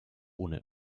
ohne